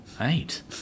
Eight